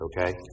okay